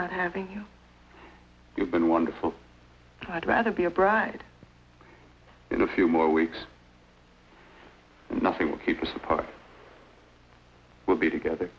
not having been wonderful i'd rather be a bride in a few more weeks nothing will keep us apart we'll be together